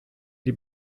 die